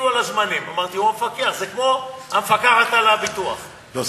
שמתי לב שאתה מוסיף לה עוד דקה ועוד דקה עד שכבר התעייפת מלהוסיף דקות.